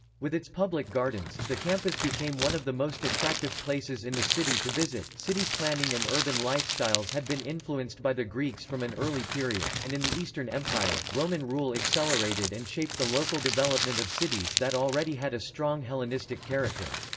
with its public gardens, the campus became one of the most attractive places in the city to visit city planning and urban lifestyles had been influenced by the greeks from an early period, and in the eastern empire, roman rule accelerated and shaped the local development of cities that already had a strong hellenistic character.